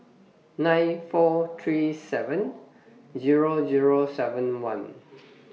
nine four three seven Zero Zero seven one